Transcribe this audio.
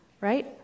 right